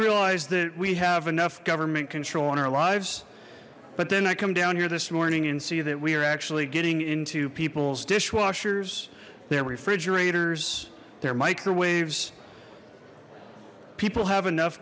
realized that we have enough government control in our lives but then i come down here this morning and see that we are actually getting into people's dishwashers their refrigerators their microwaves people have enough